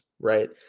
Right